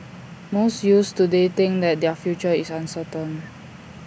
most youths today think that their future is uncertain